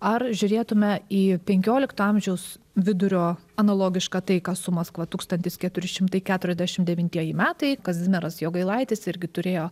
ar žiūrėtume į penkiolikto amžiaus vidurio analogišką taiką su maskva tūkstantis keturi šimtai keturiasdešimt devintieji metai kazimieras jogailaitis irgi turėjo